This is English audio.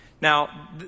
Now